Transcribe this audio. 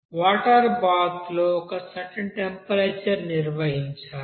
water bath లో ఒక certain temperature నిర్వహించాలి